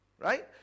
right